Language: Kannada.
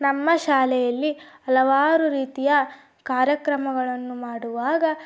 ನಮ್ಮ ಶಾಲೆಯಲ್ಲಿ ಹಲವಾರು ರೀತಿಯ ಕಾರ್ಯಕ್ರಮಗಳನ್ನು ಮಾಡುವಾಗ